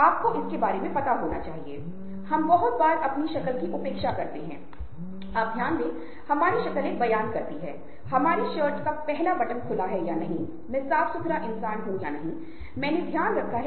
आप देखते हैं कि कई समुदायों में कुछ नियम थे जैसे कि अगर कोई शिकार करने वाले समुदायों को देख रहा है यदि कोई व्यक्ति भोजन का शिकार करने में कामयाब रहता है तो उसका काम उस भोजन को हर किसी के साथ साझा करना है